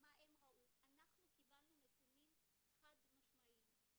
ומה הם ראו, אנחנו קיבלנו נתונים חד משמעיים.